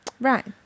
Right